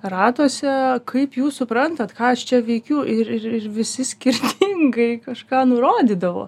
ratuose kaip jūs suprantat ką aš čia veikiu ir ir ir visi skirtingai kažką nurodydavo